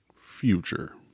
future